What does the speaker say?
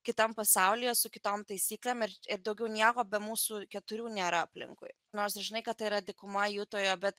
kitam pasaulyje su kitom taisyklem ir ir daugiau nieko be mūsų keturių nėra aplinkui nors ir žinai kad tai yra dykuma jutoje bet